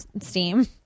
steam